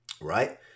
right